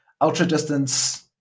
ultra-distance